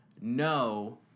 no